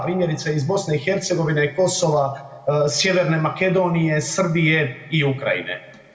Primjerice, iz BiH, Kosova, Sjeverne Makedonije, Srbije i Ukrajine?